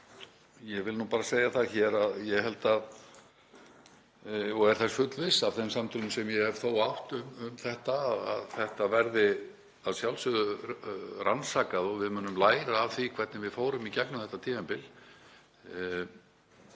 Ég vil bara segja það hér og er þess fullviss af þeim samtölum sem ég hef átt að þetta verði að sjálfsögðu rannsakað og við munum læra af því hvernig við fórum í gegnum þetta tímabil.